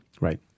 Right